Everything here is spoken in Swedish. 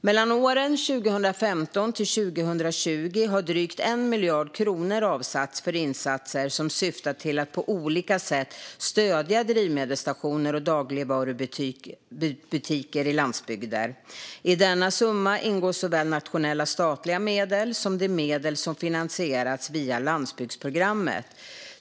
Mellan åren 2015 och 2020 har drygt 1 miljard kronor avsatts för insatser som syftar till att på olika sätt stödja drivmedelsstationer och dagligvarubutiker i landsbygder. I denna summa ingår såväl nationella statliga medel som de medel som finansierats via landsbygdsprogrammet.